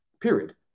period